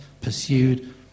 pursued